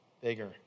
bigger